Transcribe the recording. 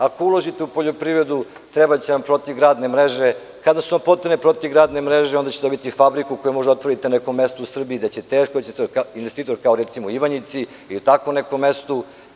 Ako uložite u poljoprivredu trebaće vam protivgradne mreže, kada su vam potrebne protivgradne mreže onda ćete dobiti fabriku koju možete da otvorite na nekom mestu u Srbiji gde teško da će investitor, kao recimo u Ivanjici ili u tako nekom mestu.